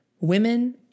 Women